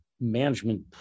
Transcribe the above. management